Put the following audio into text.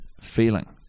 feeling